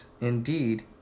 indeed